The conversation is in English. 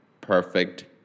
perfect